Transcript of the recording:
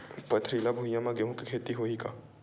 पथरिला भुइयां म गेहूं के खेती होही का?